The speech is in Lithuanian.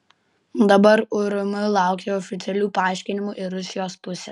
dabar urm laukia oficialių paaiškinimų ir rusijos pusės